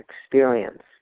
experience